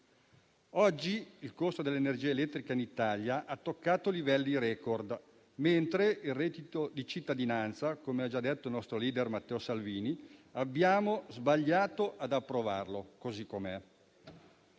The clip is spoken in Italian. Oggi il costo dell'energia elettrica in Italia ha toccato livelli *record*, mentre il reddito di cittadinanza, come ha già detto il nostro *leader* Matteo Salvini, abbiamo sbagliato ad approvarlo così com'è.